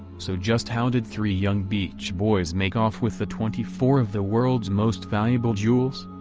so just how did three young beach boys make off with the twenty four of the world's most valuable jewels?